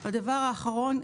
ודבר אחרון,